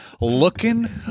looking